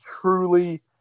truly